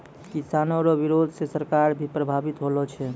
किसानो रो बिरोध से सरकार भी प्रभावित होलो छै